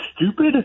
stupid